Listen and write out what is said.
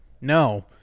No